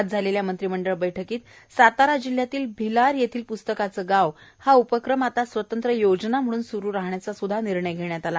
आज झालेल्या मंत्रिमंडळाच्या बैठकीत भिलार येथील प्स्तकाचे गाव हा उपक्रम आता स्वतंत्र योजना म्हणून स्रू राहण्याचा स्द्धा निर्णय घेण्यात आला